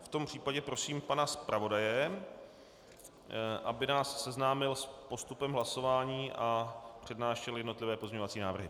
V tom případě prosím pana zpravodaje, aby nás seznámil s postupem hlasování a přednášel jednotlivé pozměňovací návrhy.